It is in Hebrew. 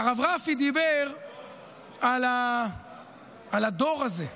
והרב רפי דיבר על הדור הזה,